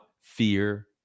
fear